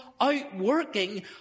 outworking